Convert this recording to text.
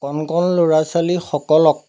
কণ কণ ল'ৰা ছোৱালীসকলক